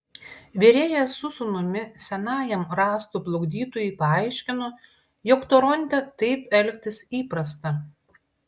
virėjas su sūnumi senajam rąstų plukdytojui paaiškino jog toronte taip elgtis įprasta